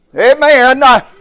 Amen